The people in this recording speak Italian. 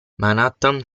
manhattan